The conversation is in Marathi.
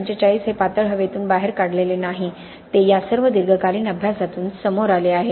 45 हे पातळ हवेतून बाहेर काढलेले नाही ते या सर्व दीर्घकालीन अभ्यासातून समोर आले आहे